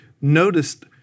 noticed